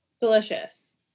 delicious